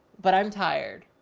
but i'm tired,